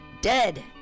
dead